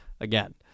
Again